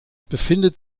befindet